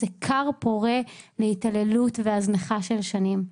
זה כר פורה להתעללות והזנחה של שנים.